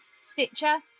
Stitcher